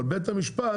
אבל בית המשפט